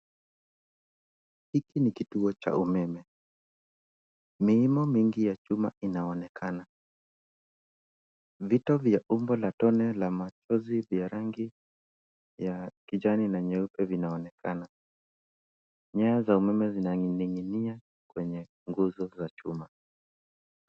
Hiki ni kituo cha umeme. Miimo mingi ya chuma inaonekana. vito vya umbo la tone la machozi vya rangi ya kijani na nyeupe vinaonekana. Nyaya za umeme zinaninginia kwenye nguzo za chuma .